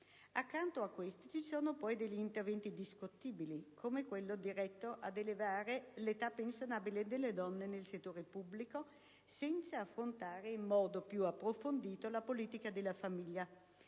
Accanto a questi, ci sono poi interventi discutibili, come quello diretto ad elevare l'età pensionabile delle donne nel settore pubblico senza affrontare, in modo più approfondito, la politica della famiglia.